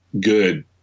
good